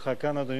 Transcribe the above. אדוני היושב-ראש,